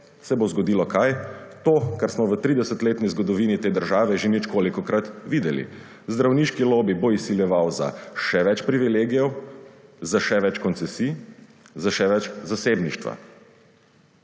se bo zgodilo – kaj – to kar smo v 30-letni zgodovini te države že ničkolikokrat videli. Zdravniški lobi bo izseljeval za še več privilegijev, za še več koncesij, za še več zasebništva.